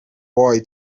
boy